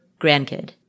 grandkid